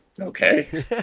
Okay